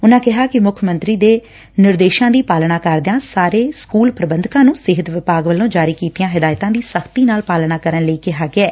ਉਨੂਾਂ ਕਿਹਾ ਕਿ ਮੁੱਖ ਮੰਤਰੀ ਦੇ ਨਿਰਦੇਸ਼ਾਂ ਦੀ ਪਾਲਣਾ ਕਰਦਿਆਂ ਸਾਰੇ ਸਕੁਲ ਪ੍ਰਬੰਧਕਾਂ ਨੂੰ ਸਿਹਤ ਵਿਭਾਗ ਵੱਲੋਂ ਜਾਰੀ ਕੀਤੀਆਂ ਹਦਾਇਤਾਂ ਦੀ ਸਖ਼ਤੀ ਨਾਲ ਪਾਲਣਾ ਕਰਨ ਲਈ ਕਿਹਾ ਗਿਐ